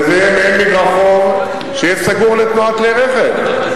וזה יהיה מעין מדרחוב שיהיה סגור לתנועת כלי רכב.